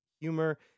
humor